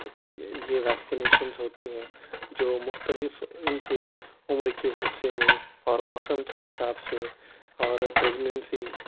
یہ ویکسینیشنس ہوتی ہیں جو مختلف ان کے عمر کے حصے میں اور موسم کے حساب سے اور پریگنینسی